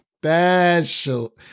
Special